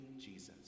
Jesus